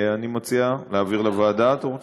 אני מציע, להעביר לוועדה אתם רוצים?